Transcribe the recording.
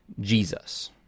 Jesus